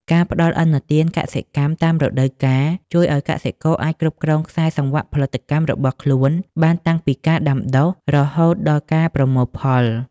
ការផ្ដល់ឥណទានកសិកម្មតាមរដូវកាល ជួយឱ្យកសិករអាចគ្រប់គ្រងខ្សែសង្វាក់ផលិតកម្មរបស់ខ្លួនបានតាំងពីការដាំដុះរហូតដល់ការប្រមូលផល។